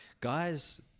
guys